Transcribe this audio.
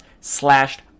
slashed